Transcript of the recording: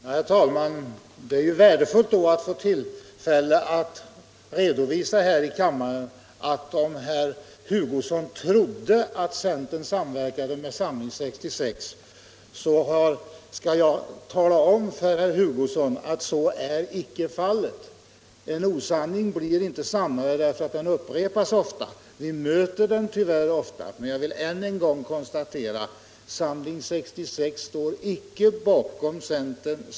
Herr talman! Det är ju värdefullt att få tillfälle att redovisa här i kammaren att om herr Hugosson trodde att centern samverkade med Samling 66 så talar jag nu om för herr Hugosson att så icke är fallet. En osanning blir inte sannare därför att den upprepas ofta. Vi möter den tyvärr ofta, men jag vill än en gång konstatera att Samling 66 icke står bakom centern.